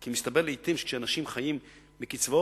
כי מסתבר לעתים שכשאנשים חיים מקצבאות